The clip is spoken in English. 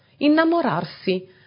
Innamorarsi